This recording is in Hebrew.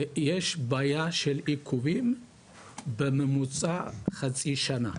יש בעיה של עיכובים של בממוצע חצי שנה.